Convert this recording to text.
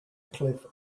cliff